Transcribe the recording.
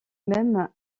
même